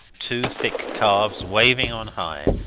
two thick calves waving on high,